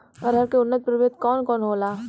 अरहर के उन्नत प्रभेद कौन कौनहोला?